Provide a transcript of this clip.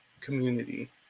community